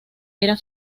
era